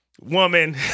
Woman